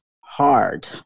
hard